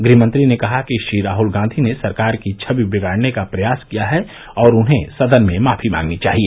गृहमंत्री ने कहा कि श्री गांधी ने सरकार की छवि बिगाड़ने का प्रयास किया और उन्हें सदन में माफी मांगनी चाहिए